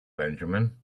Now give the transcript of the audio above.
benjamin